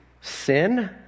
sin